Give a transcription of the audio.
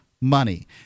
money